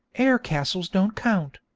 air-castles don't count